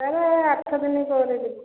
sir ଆଠ ଦିନ ପରେ ଯିବି